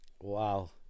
Wow